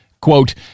Quote